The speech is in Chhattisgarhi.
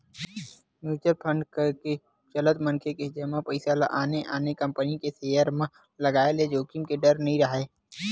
म्युचुअल फंड कके चलत मनखे के जमा पइसा ल आने आने कंपनी के सेयर म लगाय ले जोखिम के डर नइ राहय